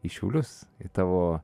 į šiaulius į tavo